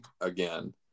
again